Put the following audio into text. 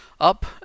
up